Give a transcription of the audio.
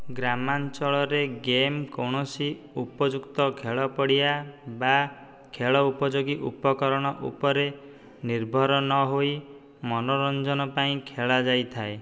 ଗ୍ରାମାଞ୍ଚଳରେ ଗେମ୍ କୌଣସି ଉପଯୁକ୍ତ ଖେଳ ପଡ଼ିଆ ବା ଖେଳ ଉପଯୋଗୀ ଉପକରଣ ଉପରେ ନିର୍ଭର ନହୋଇ ମନୋରଞ୍ଜନ ପାଇଁ ଖେଳାଯାଇଥାଏ